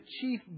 chief